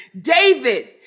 David